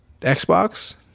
Xbox